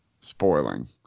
spoiling